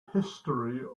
history